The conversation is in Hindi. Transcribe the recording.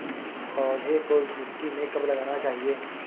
पौधें को मिट्टी में कब लगाना चाहिए?